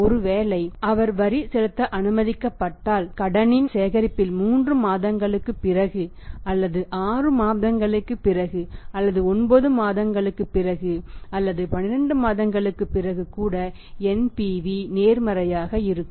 ஒருவேளை அவர் வரி செலுத்த அனுமதிக்கப்பட்டால் கடனின் சேகரிப்பில் 3 மாதங்களுக்குப் பிறகு அல்லது 6 மாதங்களுக்குப் பிறகு அல்லது 9 மாதங்களுக்குப் பிறகு அல்லது 12 மாதங்களுக்குப் பிறகுகூட NPV நேர்மறையாக இருக்கும்